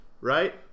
right